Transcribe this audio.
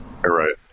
Right